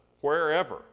Wherever